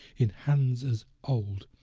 in hands as old,